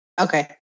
Okay